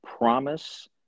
promise